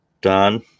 done